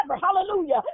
hallelujah